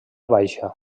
baixa